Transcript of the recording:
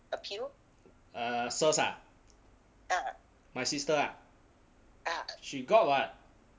ah ah my sister ah she got what